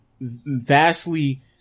vastly